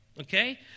Okay